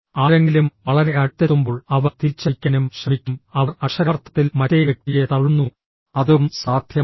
ആരെങ്കിലും വളരെ അടുത്തെത്തുമ്പോൾ അവർ തിരിച്ചടിക്കാനും ശ്രമിക്കും അവർ അക്ഷരാർത്ഥത്തിൽ മറ്റേ വ്യക്തിയെ തള്ളുന്നു അതും സാധ്യമാണ്